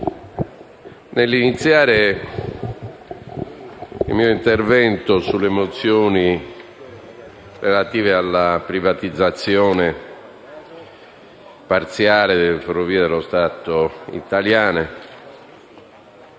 nell'iniziare il mio intervento sulle mozioni relative alla privatizzazione parziale delle Ferrovie dello Stato Italiane